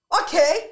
Okay